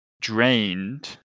drained